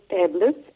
tablets